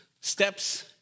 steps